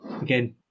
again